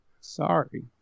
Sorry